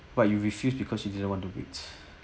but you refused because you didn't want to wait